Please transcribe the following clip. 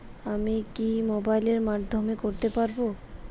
আমি কি মোবাইলের মাধ্যমে করতে পারব?